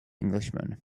englishman